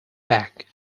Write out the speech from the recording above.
back